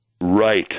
right